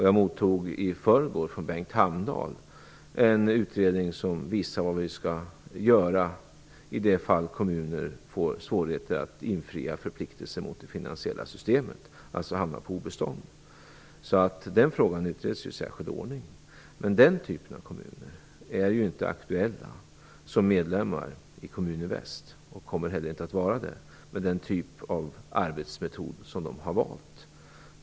Jag mottog i förrgår från Bengt Hamdahl en utredning som visar vad vi skall göra i de fall kommuner får svårigheter att infria förpliktelser mot det finansiella systemet, dvs. hamnar på obestånd. Den frågan utreds alltså i särskild ordning. Den typen av kommuner är ju inte aktuella som medlemmar i Kommuninvest och kommer heller inte att vara det med den typ av arbetsmetod som de har valt.